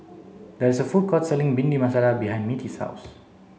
there is a food court selling Bhindi Masala behind Mittie's house